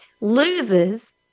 loses